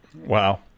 Wow